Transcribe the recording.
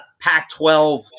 Pac-12